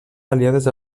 aliades